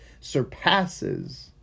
surpasses